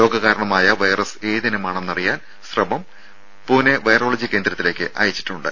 രോഗകാരണമായ virus ഏതിനമാണെന്ന് അറിയാൻ സ്രവം പൂനെ വൈറോളജി കേന്ദ്രത്തിലേക്ക് അയച്ചിട്ടുണ്ട്